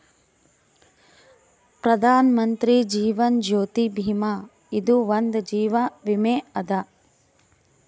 ಪ್ರಧಾನ್ ಮಂತ್ರಿ ಜೀವನ್ ಜ್ಯೋತಿ ಭೀಮಾ ಇದು ಒಂದ ಜೀವ ವಿಮೆ ಅದ